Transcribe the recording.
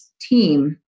team